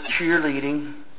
cheerleading